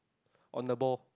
on the ball